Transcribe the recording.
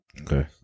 Okay